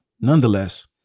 nonetheless